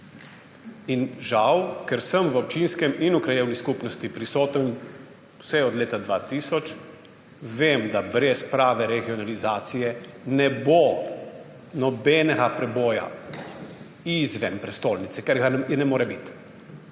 Žal, ker sem v občinskem in v krajevni skupnosti prisoten vse od leta 2000, vem, da brez prave regionalizacije ne bo nobenega preboja izven prestolnice. Ker ga ne more biti.